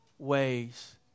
ways